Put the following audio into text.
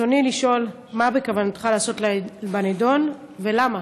ברצוני לשאול: מה בכוונתך לעשות בנדון, ולמה?